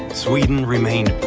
sweden remained